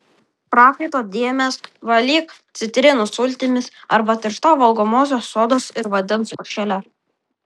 prakaito dėmes valyk citrinų sultimis arba tiršta valgomosios sodos ir vandens košele